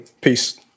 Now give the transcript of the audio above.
Peace